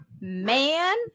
Man